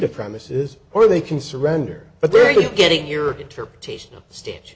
the premises or they can surrender but there you are getting your interpretation stage